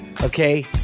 okay